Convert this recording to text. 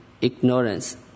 ignorance